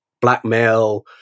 blackmail